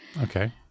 Okay